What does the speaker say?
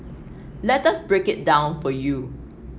let us break it down for you